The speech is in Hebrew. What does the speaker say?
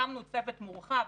הקמנו צוות מורחב,